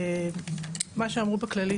ומה שאמרו ב"כללית",